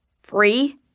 Free